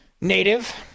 native